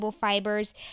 fibers